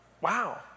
wow